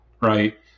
right